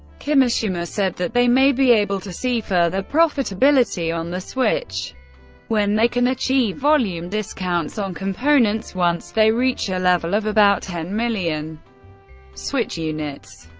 kimishima said that they may be able to see further profitability on the switch when they can achieve volume discounts on components once they reach a level of about ten million switch units.